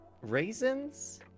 Raisins